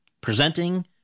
presenting